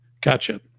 gotcha